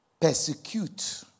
Persecute